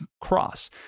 cross